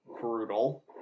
brutal